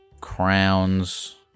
crowns